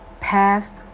past